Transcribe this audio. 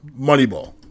Moneyball